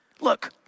Look